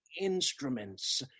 instruments